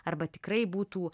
arba tikrai būtų